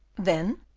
then,